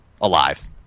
alive